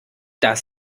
das